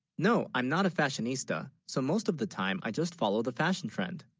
no i'm not a fashionista so most of the time i just follow the fashion trend